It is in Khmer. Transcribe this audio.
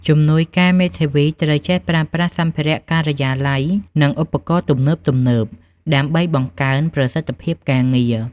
ជំនួយការមេធាវីត្រូវចេះប្រើប្រាស់សម្ភារៈការិយាល័យ និងឧបករណ៍ទំនើបៗ ដើម្បីបង្កើនប្រសិទ្ធភាពការងារ។